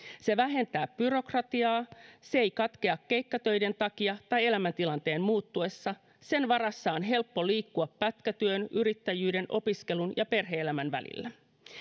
se vähentää byrokratiaa se ei katkea keikkatöiden takia tai elämäntilanteen muuttuessa sen varassa on helppo liikkua pätkätyön yrittäjyyden opiskelun ja perhe elämän välillä